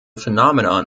phenomenon